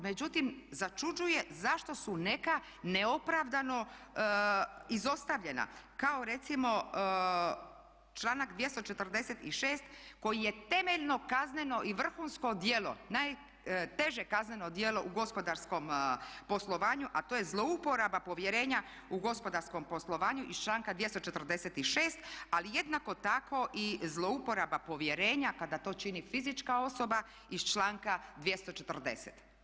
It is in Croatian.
Međutim, začuđuje zašto su neka neopravdano izostavljena kao recimo članak 246. koji je temeljno kazneno i vrhunsko djelo, teže kazneno djelo u gospodarskom poslovanju, a to je zlouporaba povjerenja u gospodarskom poslovanju iz članka 246. ali jednako tako i zlouporaba povjerenja kada to čini fizička osoba iz članka 240.